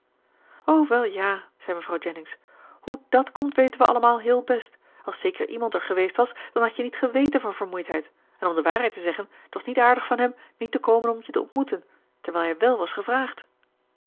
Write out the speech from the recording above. wel ja zei mevrouw jennings hoe dàt komt weten we allemaal heel best als zeker iemand er geweest was dan hadt je niet geweten van vermoeidheid en om de waarheid te zeggen t was niet aardig van hem niet te komen om je te ontmoeten terwijl hij wèl was gevraagd